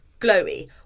glowy